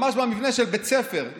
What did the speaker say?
ממש במבנה של בית הספר.